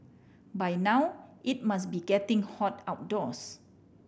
by now it must be getting hot outdoors